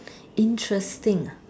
interesting